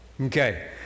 Okay